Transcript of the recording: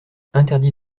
interdit